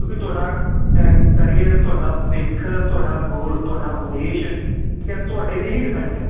ਕਿਉਂਕਿ ਤੁਹਾਡਾ ਕਰੀਅਰ ਤੁਹਾਡਾ ਭਵਿੱਖ ਤੁਹਾਡਾ ਗੋਲ ਤੁਹਾਡਾ ਉਦੇਸ਼ ਠੀਕ ਹੈ ਤੁਹਾਡੇ 'ਤੇ ਹੀ ਡਿਪੈਂਡ ਹੈ